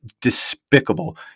despicable